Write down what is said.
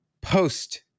post-